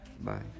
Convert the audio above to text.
Bye